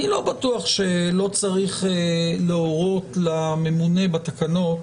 אני לא בטוח שלא צריך להורות לממונה בתקנות